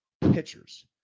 Pitchers